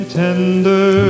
tender